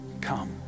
Come